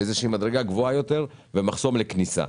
איזו שהיא מדרגה גבוהה יותר ומחסום לכניסה.